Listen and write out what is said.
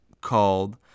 called